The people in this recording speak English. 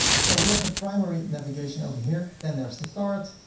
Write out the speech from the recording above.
so we have the primary navigation over here, then there's the cart,